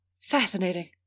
fascinating